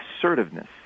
assertiveness